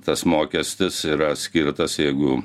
tas mokestis yra skirtas jeigu